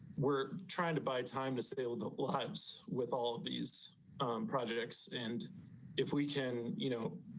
we're trying to buy time to save lives with all these projects. and if we can, you know,